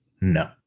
no